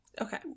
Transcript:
Okay